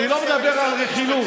אני לא מדבר על רכילות.